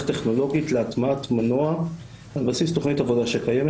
טכנולוגית להטמעת מנוע על בסיס תכנית עבודה שקיימת,